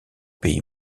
pays